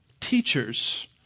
teachers